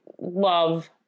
love